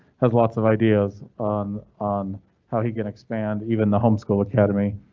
have lots of ideas on on how he can expand even the home school academy,